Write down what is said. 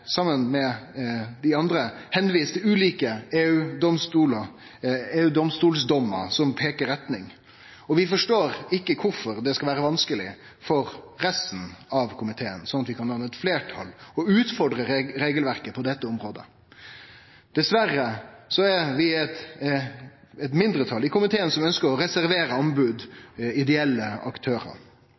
saman med dei andre vist til ulike EU-domstolsdommar som peikar i den retninga. Vi forstår ikkje kvifor det skal vere vanskeleg for resten av komiteen å danne fleirtal og utfordre regelverket på dette området. Dessverre er det eit mindretal i komiteen som ønskjer å reservere anbod for ideelle aktørar.